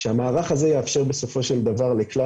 שהמערך הזה יאפשר בסופו של דבר לכלל